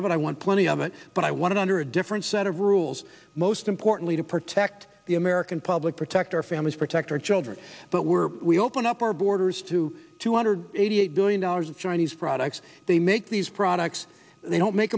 of it i want plenty of it but i want to under a different set of rules most importantly to protect the american public protect our families protect our children but we're we open up our borders to two hundred eighty eight billion dollars of chinese products they make these products they don't make